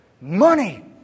Money